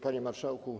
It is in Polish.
Panie Marszałku!